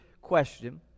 question